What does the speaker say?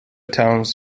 towns